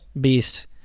beast